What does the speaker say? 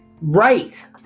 Right